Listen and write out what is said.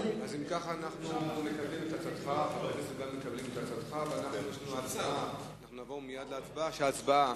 אם כך אנחנו מקבלים את הצעתך, ונעבור מייד להצבעה.